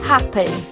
Happy